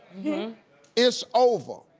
yeah it's over.